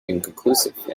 inconclusive